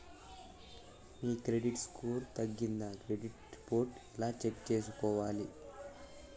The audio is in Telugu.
మీ క్రెడిట్ స్కోర్ తగ్గిందా క్రెడిట్ రిపోర్ట్ ఎలా చెక్ చేసుకోవాలి?